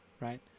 right